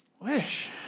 Wish